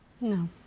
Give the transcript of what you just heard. No